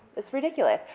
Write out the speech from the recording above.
it's ridiculous.